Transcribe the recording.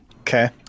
Okay